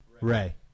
Ray